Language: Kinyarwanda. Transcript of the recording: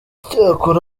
cyokora